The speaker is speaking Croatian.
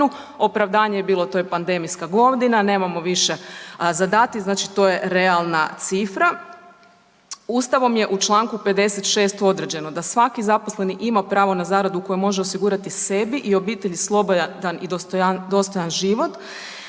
opravdanje je bilo to je pandemijska godina nemamo više za dati, znači to je realna cifra. Ustavom je u čl. 56. određeno da svaki zaposleni ima pravo na zaradu koju može osigurati sebi i obitelji slobodan i dostojan život,